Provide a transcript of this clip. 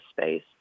space